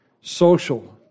social